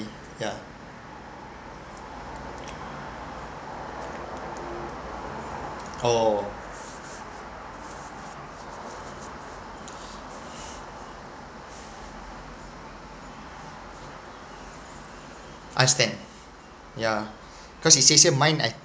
ya oh I stand ya cause you say say mine